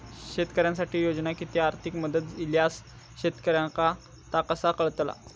शेतकऱ्यांसाठी योजना किंवा आर्थिक मदत इल्यास शेतकऱ्यांका ता कसा कळतला?